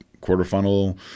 quarterfinal